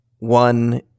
One